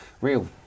real